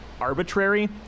arbitrary